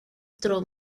tro